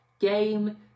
game